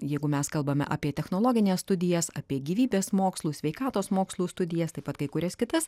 jeigu mes kalbame apie technologines studijas apie gyvybės mokslų sveikatos mokslų studijas taip pat kai kurias kitas